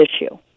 issue